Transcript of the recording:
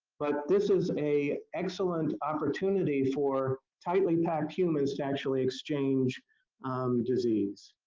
but this is a excellent opportunity for tightly packed humans to actually exchange disease.